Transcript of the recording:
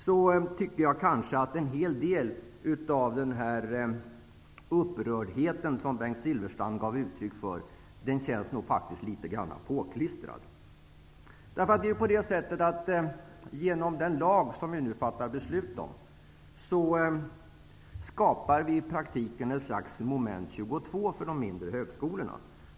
Då tycker jag kanske att en hel del av den upprördhet som Bengt Silfverstrand gav uttryck för känns litet påklistrad. Genom den lag som vi nu fattar beslut om skapar vi i praktiken ett slags Moment 22 för de mindre högskolorna.